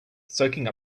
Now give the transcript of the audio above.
soaking